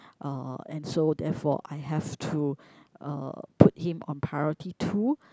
uh and so therefore I have to uh put him on priority too